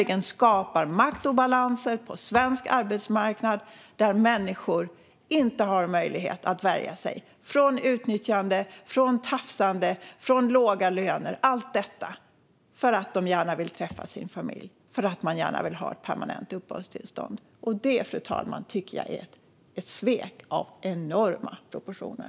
De skapar maktobalanser på svensk arbetsmarknad där människor inte har möjlighet att värja sig från utnyttjande, från tafsande, från låga löner, allt detta för att de gärna vill träffa sin familj och gärna vill ha ett permanent uppehållstillstånd. Det, fru talman, tycker jag är ett svek av enorma proportioner.